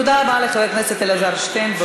תודה רבה לחבר הכנסת אלעזר שטרן.